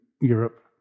Europe